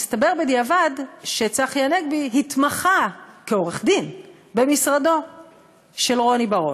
התברר בדיעבד שצחי הנגבי התמחה כעורך-דין במשרדו של רוני בר-און.